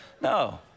No